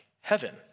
heaven